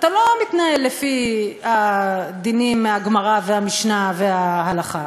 אתה לא מתנהל לפי הדינים מהגמרא והמשנה וההלכה,